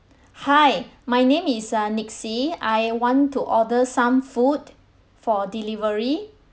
hi my name is uh nixi I want to order some food for delivery